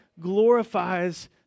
glorifies